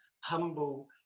humble